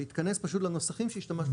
להתכנס פשוט לנוסחים שהשתמשנו .